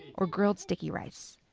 or grilled sticky rice.